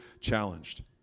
challenged